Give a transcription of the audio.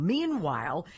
Meanwhile